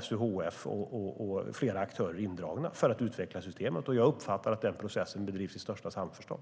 SUHF och flera andra aktörer är indragna för att utveckla systemet. Jag uppfattar att denna process bedrivs i största samförstånd.